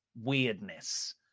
weirdness